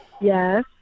Yes